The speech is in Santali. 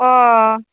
ᱚᱻ